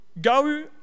go